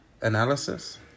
analysis